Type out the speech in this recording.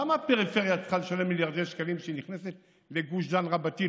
למה הפריפריה צריכה לשלם מיליארדי שקלים כשהיא נכנסת לגוש דן רבתי?